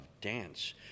dance